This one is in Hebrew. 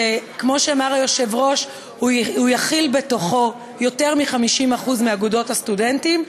שכמו שאמר היושב-ראש: הוא יכיל בתוכו יותר מ-50% מאגודות הסטודנטים,